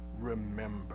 Remember